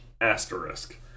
asterisk